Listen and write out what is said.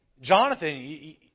Jonathan